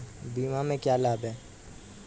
बीमा के क्या लाभ हैं?